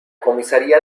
comisaría